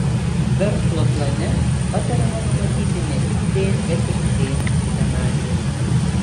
verslo plane patariama numatyti ne tik b bet ir c scenarijus